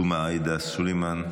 עאידה תומא סלימאן,